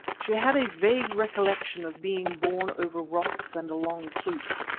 she had a vague recollection of being borne over rocks and along kloofs,